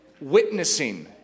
witnessing